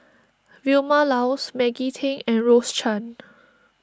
Vilma Laus Maggie Teng and Rose Chan